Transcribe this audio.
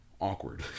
awkward